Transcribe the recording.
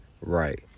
Right